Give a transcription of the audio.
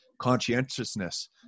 Conscientiousness